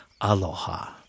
aloha